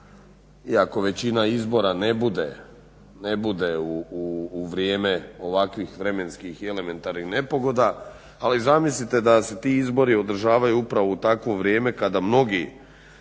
iako većina izbora ne bude u vrijeme ovakvih vremenskih i elementarnih nepogoda ali zamislite da se ti izbori održavaju upravo u takvo vrijeme kada mnogi